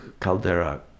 caldera